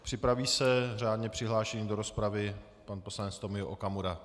Připraví se řádně přihlášený do rozpravy pan poslanec Tomio Okamura.